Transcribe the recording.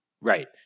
Right